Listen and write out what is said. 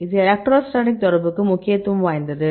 இது எலக்ட்ரோஸ்டாட்டிக் தொடர்புக்கு முக்கியத்துவம் வாய்ந்தது